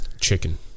chicken